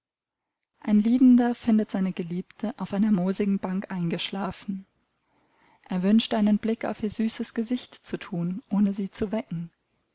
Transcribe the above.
ein liebender findet seine geliebte auf einer moosigen bank eingeschlafen er wünscht einen blick auf ihr süßes gesicht zu thun ohne sie zu wecken